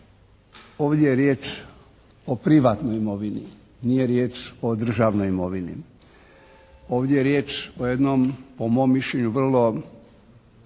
Ovdje je riječ o privatnoj imovini, nije riječ o državnoj imovini. Ovdje je riječ o jednom, po mom mišljenju vrlo